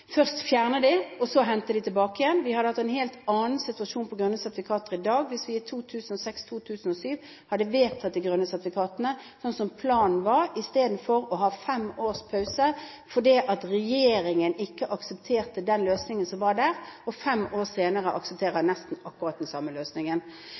først fjernet dem og så hentet dem tilbake. Vi hadde hatt en helt annen situasjon for grønne sertifikater i dag hvis vi i 2006/2007 hadde vedtatt dem, sånn som planen var, istedenfor å ha fem års pause fordi regjeringen ikke aksepterte den løsningen som var der – og fem år senere aksepterer